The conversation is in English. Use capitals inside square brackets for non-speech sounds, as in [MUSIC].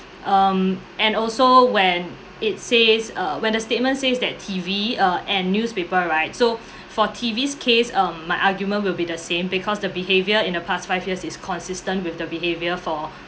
um and also when it says uh when the statement says that T_V uh and newspaper right so [BREATH] for T_V's case um my argument will be the same because the behaviour in the past five years is consistent with the behaviour for